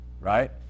right